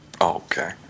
okay